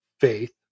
faith